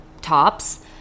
tops